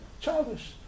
childish